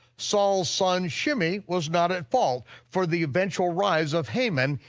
saul's son shimei was not at fault for the eventual rise of haman,